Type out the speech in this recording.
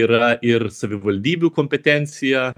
yra ir savivaldybių kompetencija